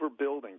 overbuilding